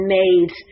made